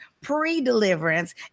Pre-deliverance